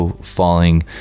falling